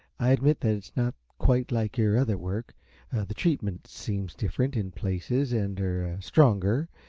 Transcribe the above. i admit that it is not quite like your other work the treatment seems different, in places, and er stronger.